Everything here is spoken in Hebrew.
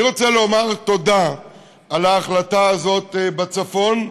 אני רוצה לומר תודה על ההחלטה הזאת בצפון,